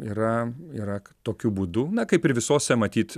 yra yra tokiu būdu na kaip ir visose matyt